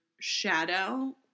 shadow